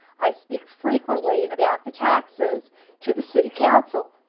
i speak frequently about the taxes to the city council,